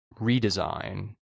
redesign